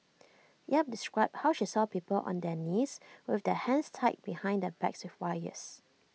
yap described how she saw people on their knees with their hands tied behind their backs with wires